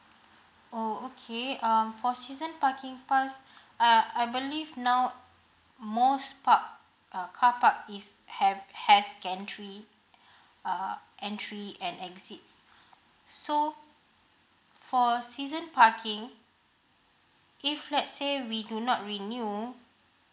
oh okay um for season parking pass uh I believe now most park uh carpark is have has gantry uh entry and exits so for season parking if let's say we do not renew